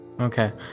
okay